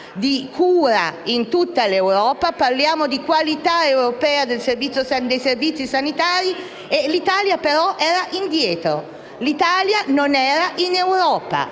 di cura in tutta Europa, di qualità europea dei servizi sanitari, ma l'Italia era indietro: l'Italia non era in Europa